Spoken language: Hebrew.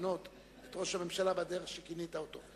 ולכנות את ראש הממשלה בדרך שכינית אותו?